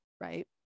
right